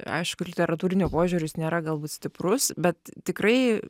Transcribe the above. aišku literatūriniu požiūriu jis nėra galbūt stiprus bet tikrai